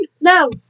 No